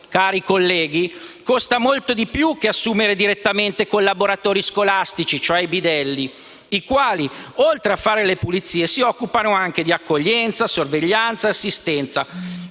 cari colleghi, costa molto di più che assumere direttamente collaboratori scolastici (i bidelli), i quali, oltre a fare le pulizie, si occupano anche di accoglienza, sorveglianza, assistenza,